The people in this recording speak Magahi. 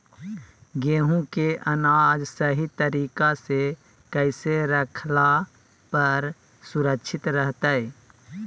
गेहूं के अनाज सही तरीका से कैसे रखला पर सुरक्षित रहतय?